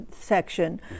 section